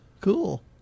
Cool